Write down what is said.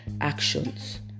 actions